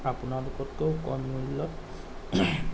আপোনালোকতকৈয়ো কম মূল্যত